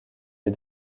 les